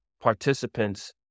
participants